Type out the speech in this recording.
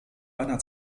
einer